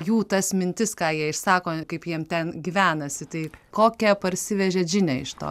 jų tas mintis ką jie išsako kaip jiem ten gyvenasi tai kokią parsivežėt žinią iš to